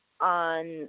on